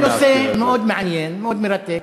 זה נושא מאוד מעניין, מאוד מרתק.